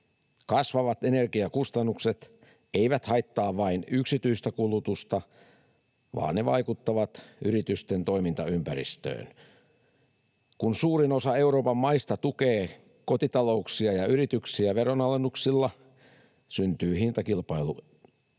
Kasvavat energiakustannukset eivät haittaa vain yksityistä kulutusta, vaan ne vaikuttavat yritysten toimintaympäristöön. Kun suurin osa Euroopan maista tukee kotitalouksia ja yrityksiä veronalennuksilla, syntyy hintakilpailuero,